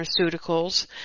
pharmaceuticals